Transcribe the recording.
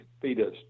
fetus